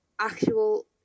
actual